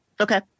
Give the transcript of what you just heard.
Okay